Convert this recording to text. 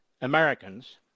Americans